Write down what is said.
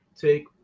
take